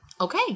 Okay